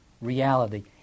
reality